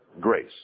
grace